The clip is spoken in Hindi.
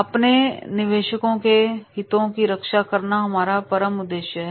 अपने निवेशकों के हितों की रक्षा करना हमारा परम उद्देश्य है